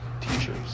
teachers